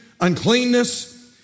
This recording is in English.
uncleanness